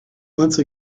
once